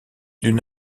d’une